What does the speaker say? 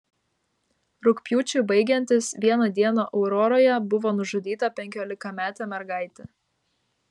rugpjūčiui baigiantis vieną dieną auroroje buvo nužudyta penkiolikametė mergaitė